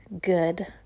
good